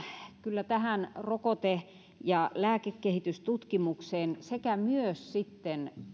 kyllä tähän rokote ja lääkekehitystutkimukseen sekä myös sitten